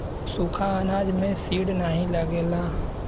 सुखा अनाज में सीड नाही लगेला